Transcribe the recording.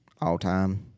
all-time